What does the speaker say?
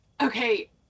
okay